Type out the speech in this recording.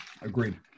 Agreed